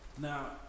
Now